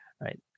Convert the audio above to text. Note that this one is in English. right